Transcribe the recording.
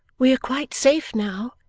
we are quite safe now,